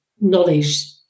knowledge